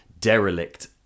derelict